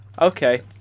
Okay